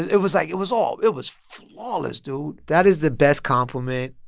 it it was like it was all it was flawless, dude that is the best compliment.